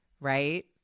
right